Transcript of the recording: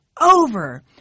over